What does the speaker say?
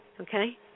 okay